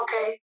okay